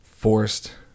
Forced